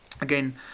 again